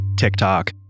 TikTok